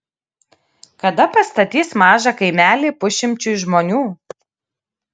kada pastatys mažą kaimelį pusšimčiui žmonių